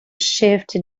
shift